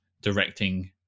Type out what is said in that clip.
directing